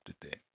today